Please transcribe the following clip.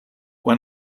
when